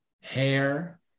hair